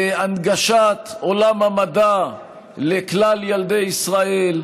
בהנגשת עולם המדע לכלל ילדי ישראל,